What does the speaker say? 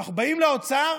אנחנו באים לאוצר,